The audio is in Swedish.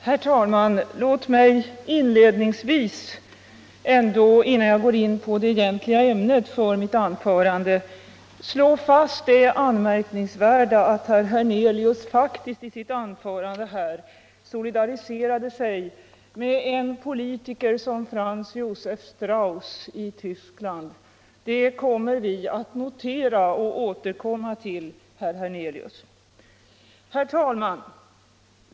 Herr talman! Låt mig innan jag går in på det cgentliga ämnet för mitt anförande slå fast det anmärkningsvärda att herr Herncelius faktiskt i sitt anförande solidariserade sig med en politiker som Franz Josef Strauss i Tyskland. Det skall vi notera och återkomma till, herr Hernelius. Herr talman!